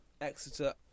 Exeter